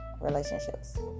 relationships